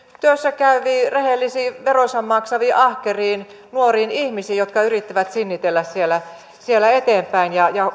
työssä käyviin rehellisiin veronsa maksaviin ahkeriin nuoriin ihmisiin jotka yrittävät sinnitellä eteenpäin ja